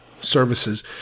services